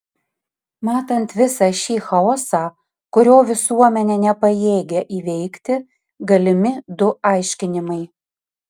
matant visą šį chaosą kurio visuomenė nepajėgia įveikti galimi du aiškinimai